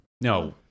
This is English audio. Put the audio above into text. No